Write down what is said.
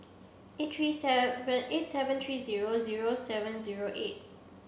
eight three seven eight seven three zero zero seven zero eight